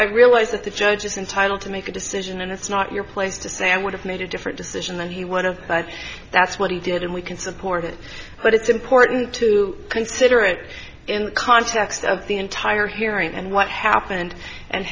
i realize that the judge is entitled to make a decision and it's not your place to say i would have made a different decision than he one of but that's what he did and we can support it but it's important to consider it in the context of the entire hearing and what happened and